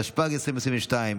התשפ"ג 2023,